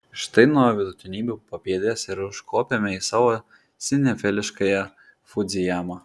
štai nuo vidutinybių papėdės ir užkopėme į savo sinefiliškąją fudzijamą